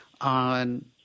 on